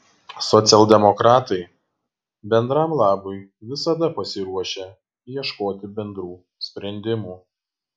socialdemokratai bendram labui visada pasiruošę ieškoti bendrų sprendimų